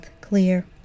clear